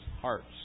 hearts